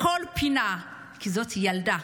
בכל פינה, כי זאת ילדה.